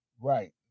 right